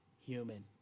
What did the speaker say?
human